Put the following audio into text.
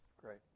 Great